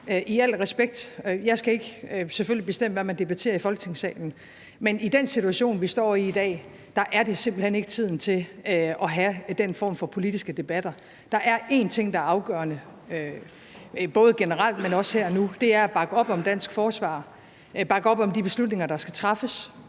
i i dag – jeg skal selvfølgelig ikke bestemme, hvad man debatterer i Folketingssalen – simpelt hen ikke tiden til at have den form for politiske debatter. Der er én ting, der er afgørende, både generelt, men også her nu, og det er at bakke op om dansk forsvar og bakke op om de beslutninger, der skal træffes.